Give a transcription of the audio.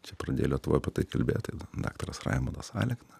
čia pradė lietuvoj apie tai kalbėt tai daktaras raimundas alekna